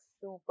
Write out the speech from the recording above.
super